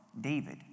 David